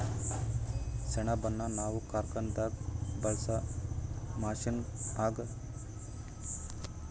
ಸೆಣಬನ್ನ ನಾವ್ ಕಾರ್ಖಾನೆದಾಗ್ ಬಳ್ಸಾ ಮಷೀನ್ಗ್ ಹಾಕ ಫ್ಯುಯೆಲ್ದಾಗ್ ಬಳಸ್ತೀವಿ ಮತ್ತ್ ಸೆಣಬಿಂದು ಪೌಡರ್ನು ಮಾಡ್ತೀವಿ